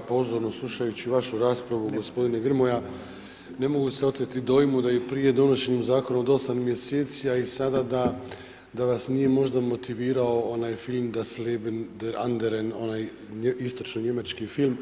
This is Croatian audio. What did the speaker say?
Pozorno slušajući vašu raspravu gospodine Grmoja ne mogu se oteti dojmu da i prije donošenja zakona od osam mjeseci, a i sada da vas nije možda motivirao onaj film „Das leben anderen“, onaj istočno njemački film